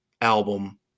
album